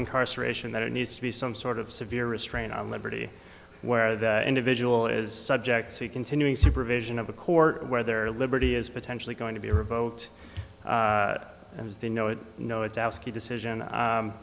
going carcer ation that it needs to be some sort of severe restraint on liberty where the individual is subject to continuing supervision of a court where their liberty is potentially going to be revoked and as they know it no it's ascii decision